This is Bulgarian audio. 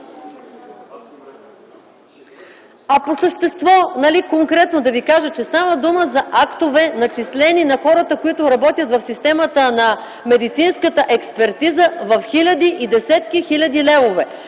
По същество – конкретно да ви кажа, че става дума за актове, начислени на хората, които работят в системата на медицинската експертиза, в хиляди и десетки хиляди левове,